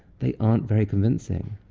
they aren't very convincing.